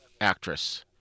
actress